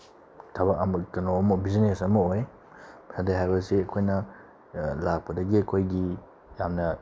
ꯊꯕꯛ ꯑꯃ ꯀꯩꯅꯣ ꯑꯃ ꯕꯤꯖꯤꯅꯦꯁ ꯑꯃ ꯑꯣꯏ ꯁꯟꯗꯦ ꯍꯥꯏꯕꯁꯤ ꯑꯩꯈꯣꯏꯅ ꯂꯥꯛꯄꯗꯒꯤ ꯑꯩꯈꯣꯏꯒꯤ ꯌꯥꯝꯅ